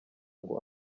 ngo